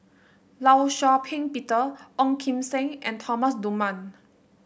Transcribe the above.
Law Shau Ping Peter Ong Kim Seng and Thomas Dunman